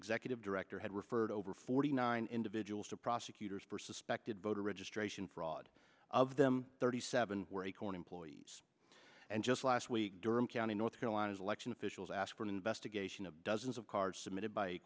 executive director had referred over forty nine individuals to prosecutors perspective voter registration fraud them thirty seven were acorn employees and just last week durham county north carolina's election officials asked for an investigation of dozens of cards submitted by